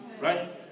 right